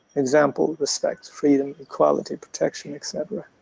example respect, freedom equality, protection etc.